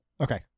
Okay